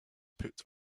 put